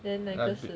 then 那个一是